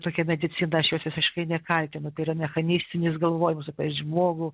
tokia medicina aš jos visiškai nekaltinu tai yra mechanistinis galvojimas apie žmogų